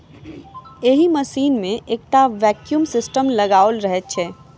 एहि मशीन मे एकटा वैक्यूम सिस्टम लगाओल रहैत छै